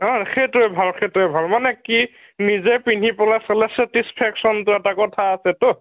অঁ সেইটোৱে ভাল সেইটোৱে ভাল মানে কি নিজে পিন্ধি পেলাই চালে চেটিছফেকশ্বনটো এটা কথা আছেতো